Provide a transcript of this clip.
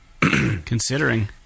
considering